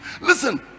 Listen